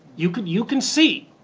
you can you can see.